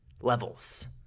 levels